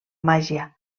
màgia